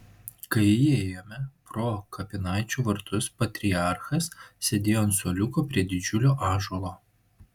kai įėjome pro kapinaičių vartus patriarchas sėdėjo ant suoliuko prie didžiulio ąžuolo